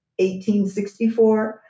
1864